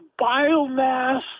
biomass